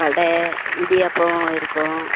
வடை இடியாப்பம் இருக்கும்